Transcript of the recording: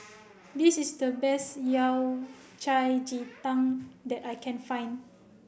this is the best Yao Cai Ji Tang that I can find